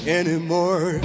anymore